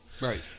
Right